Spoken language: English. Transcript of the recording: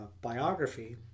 biography